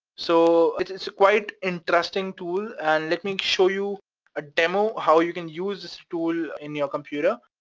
so it is quite interesting tool and let me show you a demo how you can use this tool in your computer.